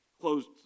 closed